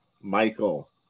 Michael